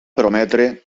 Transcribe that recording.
prometre